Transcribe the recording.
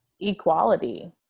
equality